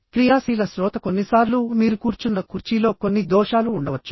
క్రియాశీల శ్రోత కొన్నిసార్లు మీరు కూర్చున్న కుర్చీలో కొన్ని దోషాలు ఉండవచ్చు